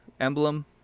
emblem